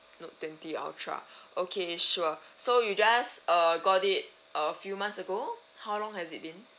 note twenty ultra okay sure so you just uh got it uh few months ago how long has it been